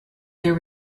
their